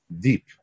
deep